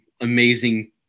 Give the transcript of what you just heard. amazing